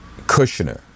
Kushner